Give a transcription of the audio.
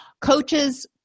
Coaches